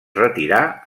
retirà